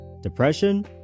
depression